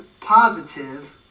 positive